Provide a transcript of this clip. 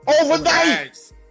Overnight